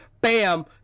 bam